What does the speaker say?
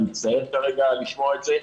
אני מצטער כרגע לשמוע את זה.